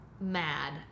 mad